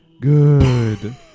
Good